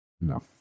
no